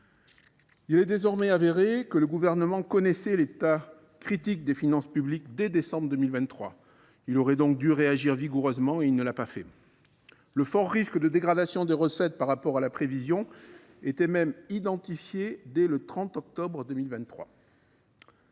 Il est désormais avéré que, dès décembre 2023, le gouvernement en place connaissait l’état critique des finances publiques. Il aurait donc dû réagir vigoureusement, et il ne l’a pas fait. Le fort risque de dégradation des recettes par rapport à la prévision était même identifié dès le 30 octobre 2023.